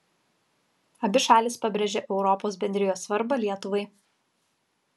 abi šalys pabrėžia europos bendrijos svarbą lietuvai